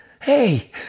Hey